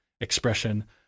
expression